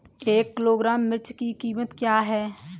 एक किलोग्राम मिर्च की कीमत क्या है?